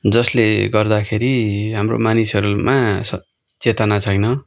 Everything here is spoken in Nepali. जसले गर्दाखेरि हाम्रो मानिसहरूमा चेतना छैन